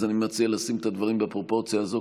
אז אני מציע לשים את הדברים בפרופורציה הזו,